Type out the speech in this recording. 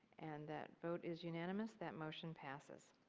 and that vote is unanimous, that motion passes.